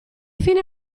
fine